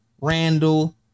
Randall